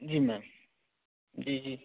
जी ma'am जी जी